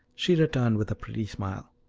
she returned with a pretty smile.